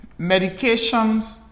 Medications